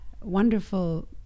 wonderful